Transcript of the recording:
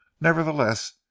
Nevertheless